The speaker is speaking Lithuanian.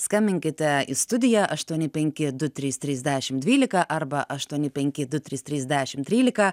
skambinkite į studiją aštuoni penki du trys trys dešim dvylika arba aštuoni penki du trys trys dešim trylika